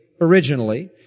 originally